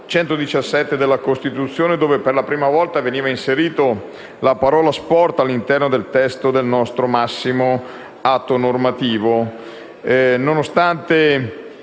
117 della Costituzione con cui, per la prima volta, è stata inserita la parola «sport» all'interno del testo del nostro massimo atto normativo, anche